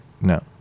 No